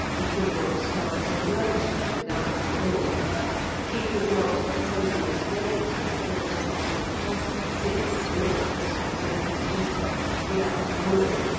he could not start as a merchant without money he could not enclose an estate and build a house or castle fit for the nuptials of a noble's daughter without money,